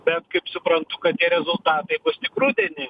bet kaip suprantu kad tie rezultatai bus tik rudenį